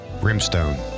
Brimstone